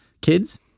kids